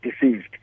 deceived